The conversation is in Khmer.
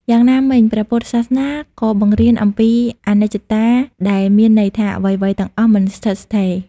យ៉ាងណាមិញព្រះពុទ្ធសាសនាក៏បង្រៀនអំពី អនិច្ចតា ដែលមានន័យថា អ្វីៗទាំងអស់មិនស្ថិតស្ថេរ។